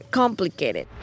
complicated